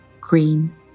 green